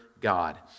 God